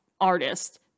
artist